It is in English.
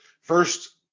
first